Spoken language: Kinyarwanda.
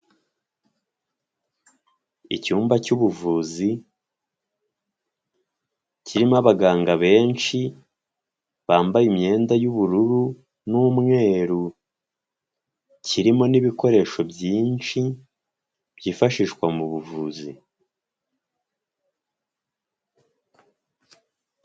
Icyumba cy'ubuvuzi kirimo abaganga benshi bambaye imyenda y'ubururu n'umweru, kirimo n'ibikoresho byinshi byifashishwa mu buvuzi.